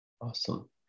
awesome